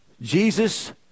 jesus